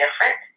different